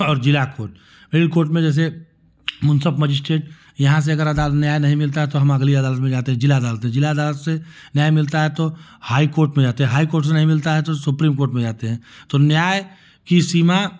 और जिला court middle court में जैसे मुंसफ मजिस्ट्रेट यहाँ से अगर अदाल न्याय नहीं मिलता है तो हम अगली अदालत में जाते हैं जिला अदालत में जिला अदालत से न्याय मिलता है तो हाई कोर्ट में जाते हैं हाई कोर्ट से नहीं मिलता है तो सुप्रीम कोर्ट में जाते हैं तो न्याय की सीमा